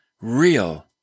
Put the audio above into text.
real